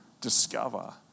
discover